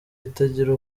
itagira